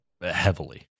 heavily